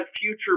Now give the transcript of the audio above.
future